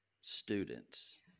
students